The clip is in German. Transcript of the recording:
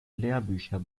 lehrbücher